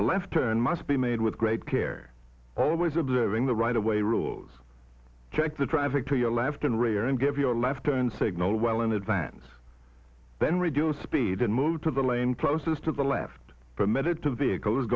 a left turn must be made with great care always observing the right away rows check the traffic to your left and rear and give your left turn signal well in advance then reduce speed and move to the lame closest to the left permitted to the vehicles